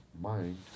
mind